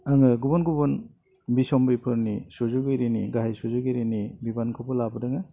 आङो गुबुन गुबुन बिस'म्बिफोरनि सुजुगिरिनि गाहाय सुजुगिरिनि बिबानखौबो लाबोदोङो